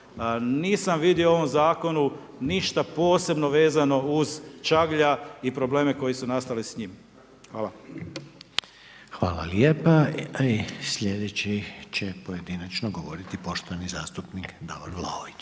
Nisam vidio u ovom zakonu ništa posebno vezano uz čaglja i probleme koji su nastali s njim. Hvala. **Reiner, Željko (HDZ)** Hvala lijepa. I slijedeći će pojedinačno govoriti poštovani zastupnik Davor Vlaović,